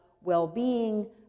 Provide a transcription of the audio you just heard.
well-being